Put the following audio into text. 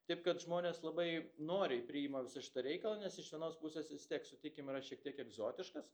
taip kad žmonės labai noriai priima visą šitą reikalą nes iš vienos pusės vis tiek sutikim yra šiek tiek egzotiškas